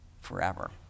forever